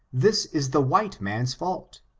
this is the white man's fault,